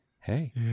Hey